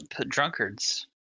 drunkards